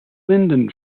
lyndon